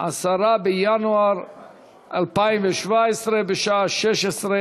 חוק ומשפט להכנתה לקריאה שנייה ושלישית.